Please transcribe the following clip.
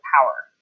power